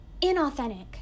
inauthentic